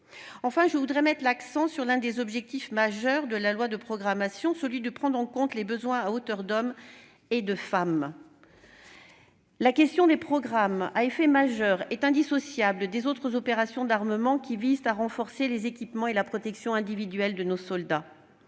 également mettre l'accent sur l'un des objectifs majeurs de la loi de programmation : celui qui consiste à prendre en compte les besoins « à hauteur d'homme et de femme ». Les programmes à effet majeur sont indissociables des autres opérations d'armement qui visent à renforcer les équipements et la protection individuelle de nos soldats.